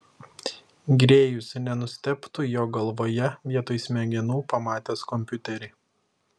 grėjus nenustebtų jo galvoje vietoj smegenų pamatęs kompiuterį